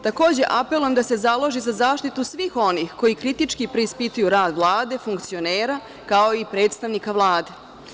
Takođe, apelujem da se založi za zaštitu svih onih koji kritički preispituju rad Vlade, funkcionera kao i predstavnika Vlade.